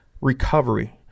Recovery